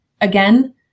Again